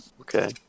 Okay